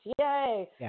Yay